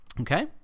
okay